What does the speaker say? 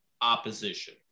opposition